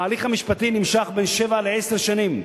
ההליך המשפטי נמשך בין שבע לעשר שנים.